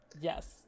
Yes